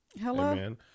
Hello